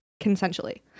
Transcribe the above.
consensually